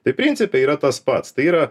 tai principe yra tas pats tai yra